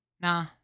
Nah